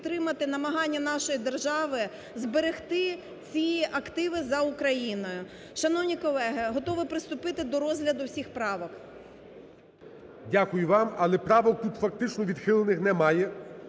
намагання нашої держави зберегти ці активи за Україною. Шановні колеги, готова приступити до розгляду всіх правок. ГОЛОВУЮЧИЙ. Дякую вам, але правок тут фактично відхилених немає.